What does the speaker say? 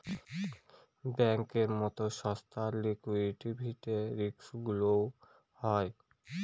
ব্যাঙ্কের মতো সংস্থার লিকুইডিটি রিস্কগুলোও হয়